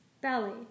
belly